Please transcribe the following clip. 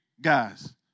guys